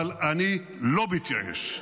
אבל אני לא מתייאש.